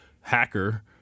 hacker